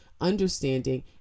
understanding